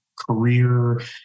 career